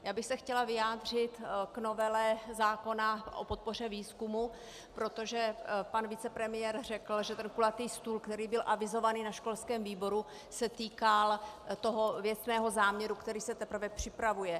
Já bych se chtěla vyjádřit k novele zákona o podpoře výzkumu, protože pan vicepremiér řekl, že kulatý stůl, který byl avizovaný na školském výboru, se týkal věcného záměru, který se teprve připravuje.